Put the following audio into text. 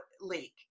leak